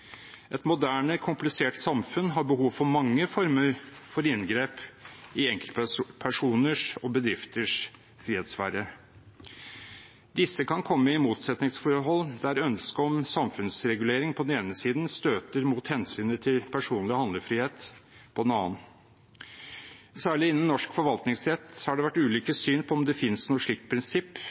Et moderne, komplisert samfunn har behov for mange former for inngrep i enkeltpersoners og bedrifters frihetssfære. Disse kan komme i et motsetningsforhold der ønsket om samfunnsregulering på den ene siden støter mot hensynet til personlig handlefrihet på den annen. Særlig innenfor norsk forvaltningsrett har det vært ulike syn på om det finnes noe slikt prinsipp,